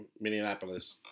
Minneapolis